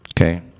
Okay